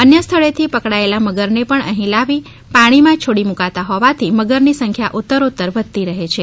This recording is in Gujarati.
અન્ય સ્થળે થી પકડાયેલા મગર ને પણ અહી લાવી પાણી માં છોડી મૂકાતા હોવાથી અહી મગર ની સંખ્યા ઊતરોતર વધતી રહે છે